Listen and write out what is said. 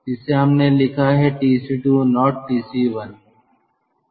इसे हमने लिखा है TC2 not TC1